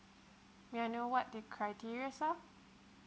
may I know what the criterias are